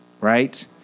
right